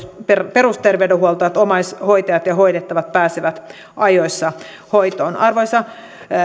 perusterveydenhuoltoa että omaishoitajat ja hoidettavat pääsevät ajoissa hoitoon arvoisa